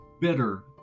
bitter